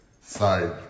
side